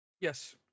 Yes